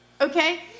okay